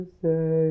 say